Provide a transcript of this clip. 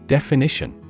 Definition